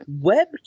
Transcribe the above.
Web